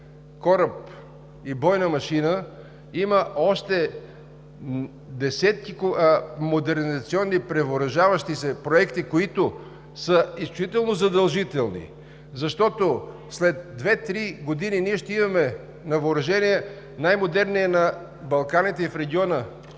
кораб и бойна машина има още десетки модернизационни превъоръжаващи се проекти, които са изключително задължителни, защото след две-три години ние ще имаме на въоръжение най-модерния на Балканите и в региона